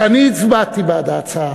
אני הצבעתי בעד ההצעה